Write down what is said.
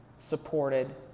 supported